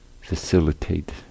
facilitate